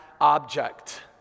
object